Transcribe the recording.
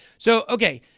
so, okay.